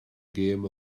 gêm